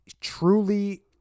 truly